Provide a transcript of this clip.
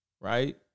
right